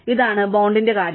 ഇതാണ് ബോണ്ടിന്റെ കാര്യം